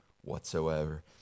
whatsoever